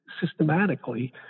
systematically